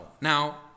Now